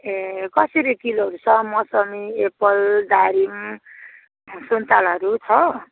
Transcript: ए कसरी किलोहरू छ मौसमी एप्पल दारिम सुन्तलाहरू छ